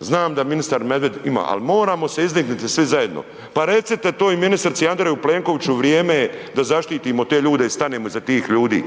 znam da ministar Medved ima, al moramo se izdigniti svi zajedno, pa recite to i ministrici i Andreju Plenkoviću, vrijeme je da zaštitimo te ljude i stanemo iza tih ljudi,